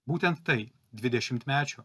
būtent tai dvidešimtmečio